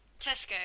Tesco